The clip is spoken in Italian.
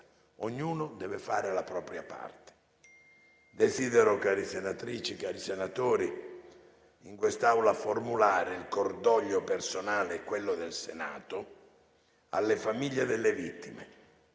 ognuno deve fare la propria parte. Desidero, care senatrici e cari senatori, formulare in quest'Aula il cordoglio personale e quello del Senato alle famiglie delle vittime